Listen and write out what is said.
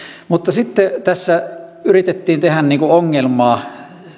mutta sitten tässä yritettiin tehdä ongelmaa